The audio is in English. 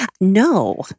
No